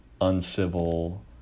uncivil